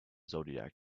zodiac